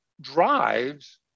drives